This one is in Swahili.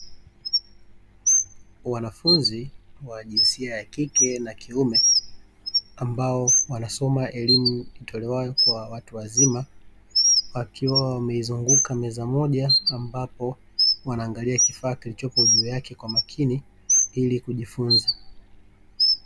Wanafunzi wa jinsia ya kike na kiume, ambao wanasoma elimu tolewayo kwa watu wazima wakiwa wameizunguka meza moja ambapo wanaangalia kifaa kilichopo juu yake kwa makini ili kujifunza.